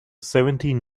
seventeen